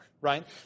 right